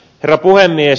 herra puhemies